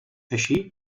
així